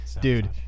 dude